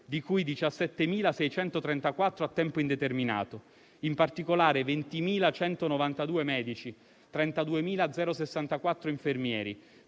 di cui 17.634 a tempo indeterminato (in particolare, 20.192 medici, 32.064 infermieri,